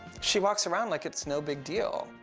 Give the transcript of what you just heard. she walks around like it's no big deal.